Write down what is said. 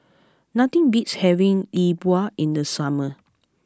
nothing beats having E Bua in the summer